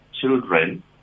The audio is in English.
children